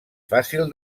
fàcil